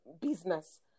business